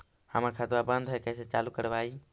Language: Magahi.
हमर खतवा बंद है कैसे चालु करवाई?